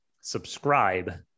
subscribe